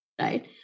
right